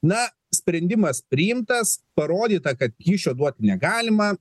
na sprendimas priimtas parodyta kad kyšio duoti negalima